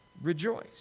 rejoice